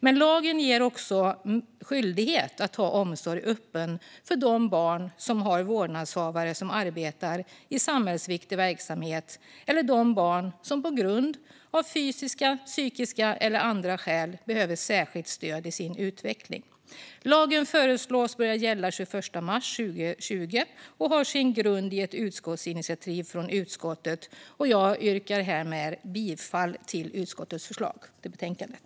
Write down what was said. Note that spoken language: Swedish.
Men lagen innebär också en skyldighet att ha omsorg öppen för de barn som har vårdnadshavare som arbetar i samhällsviktig verksamhet eller de barn som på grund av fysiska, psykiska eller andra skäl behöver särskilt stöd i sin utveckling. Lagen föreslås börja gälla den 21 mars 2020 och har sin grund i ett utskottsinitiativ från utskottet. Jag yrkar härmed bifall till utskottets förslag i betänkandet.